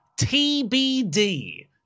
TBD